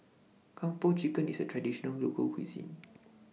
Kung Po Chicken IS A Traditional Local Cuisine